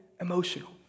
emotional